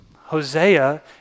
Hosea